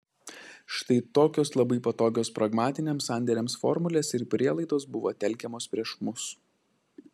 štai tokios labai patogios pragmatiniams sandėriams formulės ir prielaidos buvo telkiamos prieš mus